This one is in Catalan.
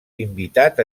invitat